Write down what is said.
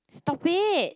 stop it